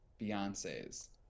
Beyonce's